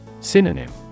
Synonym